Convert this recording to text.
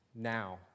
Now